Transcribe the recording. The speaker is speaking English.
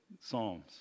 psalms